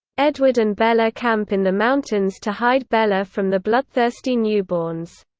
edward and bella camp in the mountains to hide bella from the bloodthirsty newborns.